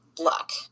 luck